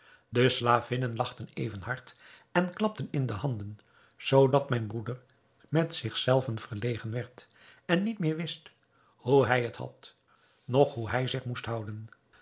de slavinnen lachten even hard en klapten in de handen zoodat mijn broeder met zich zelven verlegen werd en niet meer wist hoe hij het had noch hoe hij zich moest houden